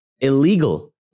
illegal